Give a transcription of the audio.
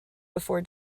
before